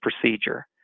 procedure